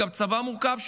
צבא מורכב,